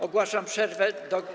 Ogłaszam przerwę do